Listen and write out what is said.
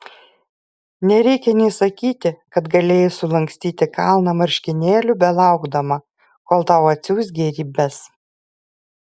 nereikia nė sakyti kad galėjai sulankstyti kalną marškinėlių belaukdama kol tau atsiųs gėrybes